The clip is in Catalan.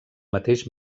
mateix